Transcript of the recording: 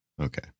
Okay